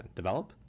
develop